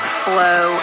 flow